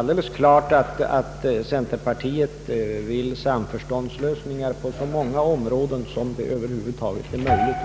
givet att centerpartiet vill ha samförståndslösningar på så många områden som det över huvud taget är möjligt.